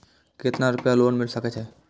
केतना रूपया लोन मिल सके छै?